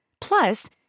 Plus